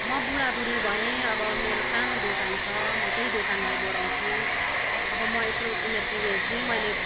म बुढाबुढी भएँ अब मेरो सानो दोकान छ म त्यही दोकानलाई बढाउँछु अब म यत्रो उमेर पुगेपछि मैले